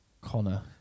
Connor